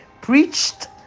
preached